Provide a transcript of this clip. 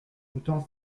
autant